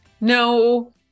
No